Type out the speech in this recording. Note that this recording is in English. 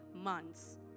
months